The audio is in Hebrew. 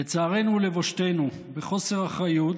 לצערנו ולבושתנו, בחוסר אחריות,